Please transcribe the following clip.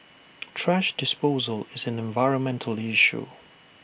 thrash disposal is an environmental issue